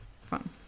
Fun